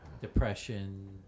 depression